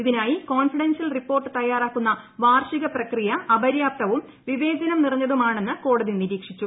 ഇതിനായി confidential report തയ്യാറാക്കുന്ന വാർഷിക പ്രക്രിയ അപര്യാപ്തവും വിവേചനം നിറഞ്ഞതുമാണെന്ന് കോടതി നിരീക്ഷിച്ചു